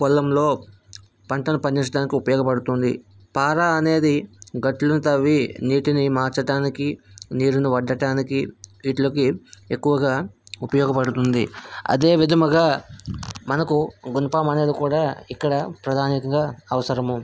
పొలంలో పంటలు పండించడానికి ఉపయోగపడుతుంది పారా అనేది గట్లు తవ్వి నీటిని మార్చటానికి నీరును వడ్డటానికి వీటికిలో ఎక్కువగా ఉపయోగపడుతుంది అదే విధంగా మనకు గునపం అనేది కూడా ఇక్కడ ప్రధానంగా అవసరం